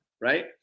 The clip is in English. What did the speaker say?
Right